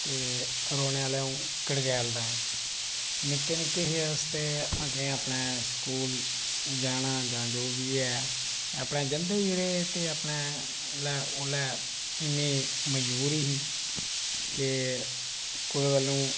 ते रौहने आहला अ 'ऊं कडक्याल दा ऐ निक्के निक्के हे अस ते असें अपना स्कूल जाना जो बी ऐ अपने जंदे बी हे ते अपने ओल्लै इन्नी मजबूरी ही के कुदै बल्लों